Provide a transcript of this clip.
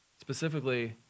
specifically